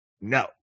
no